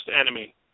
enemy